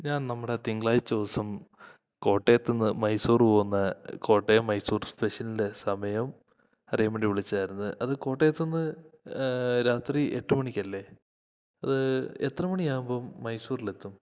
ഞാൻ നമ്മുടെ തിങ്കളാഴ്ച ദിവസം കോട്ടയത്തുനിന്നു മൈസൂർ പോകുന്ന കോട്ടയം മൈസൂർ സ്പെഷ്യലിൻ്റെ സമയം അറിയാൻ വേണ്ടി വിളിച്ചതായിരുന്നു അത് കോട്ടയത്തുനിന്ന് രാത്രി എട്ടു മണിക്കല്ലേ അത് എത്ര മണിയാവുമ്പോള് മൈസൂരിലെത്തും